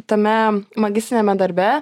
tame magistriniame darbe